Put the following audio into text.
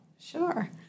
Sure